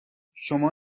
شما